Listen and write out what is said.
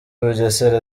bugesera